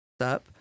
up